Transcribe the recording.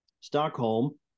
Stockholm